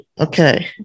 okay